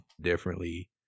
differently